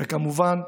וכמובן,